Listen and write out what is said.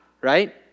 Right